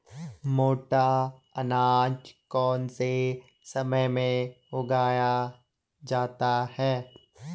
मोटा अनाज कौन से समय में उगाया जाता है?